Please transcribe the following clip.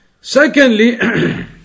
Secondly